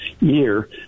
year